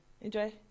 Enjoy